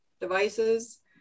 devices